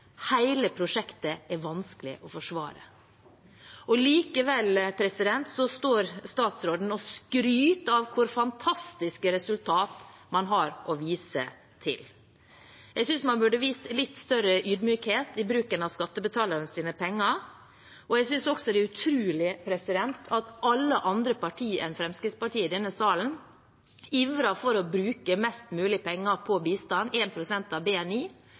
Hele prosjektet er vanskelig å forsvare.» Likevel står statsråden og skryter av hvor fantastiske resultater man har å vise til. Jeg synes man burde vist litt større ydmykhet i bruken av skattebetalernes penger, og jeg synes også det er utrolig at alle andre partier enn Fremskrittspartiet i denne salen ivrer for å bruke mest mulig penger på bistand, 1 pst. av BNI.